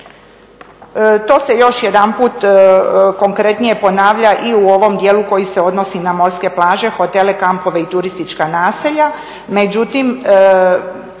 To se još jedanput konkretnije ponavlja i u ovom dijelu koji se odnosi na morske plaže, hotele, kampove i turistička naselja.